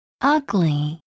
Ugly